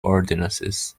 ordinances